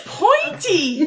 pointy